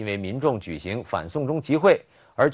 you may mean don't you find some